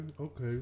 okay